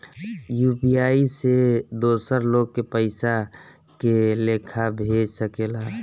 UPI से दोसर लोग के पइसा के लेखा भेज सकेला?